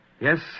Yes